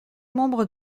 membres